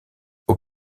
aux